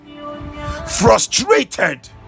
frustrated